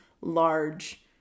Large